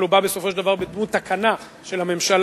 אבל הוא בא בסופו של דבר בדמות תקנה של הממשלה,